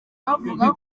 bavuga